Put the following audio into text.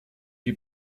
die